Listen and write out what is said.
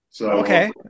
okay